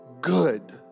good